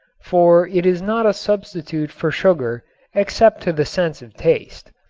for it is not a substitute for sugar except to the sense of taste.